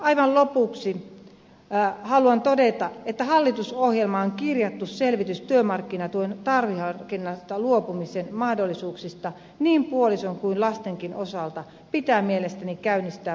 aivan lopuksi haluan todeta että hallitusohjelmaan kirjattu selvitys työmarkkinatuen tarveharkinnasta luopumisen mahdollisuuksista niin puolison kuin lastenkin osalta pitää mielestäni käynnistää mahdollisimman pian